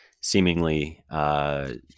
seemingly